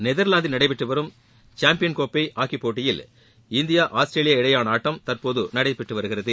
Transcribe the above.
நெதர்லாந்தில் நடைபெற்று வரும் சாம்பியன்கோப்பை ஹாக்கி போட்டியில் இந்தியா ஆஸ்திரேலியா இடையேயான ஆட்டம் தற்போது நடைபெற்று வருகிறது